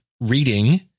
reading